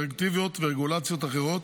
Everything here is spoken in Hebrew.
דירקטיבות ורגולציות אחרות,